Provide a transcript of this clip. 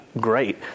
great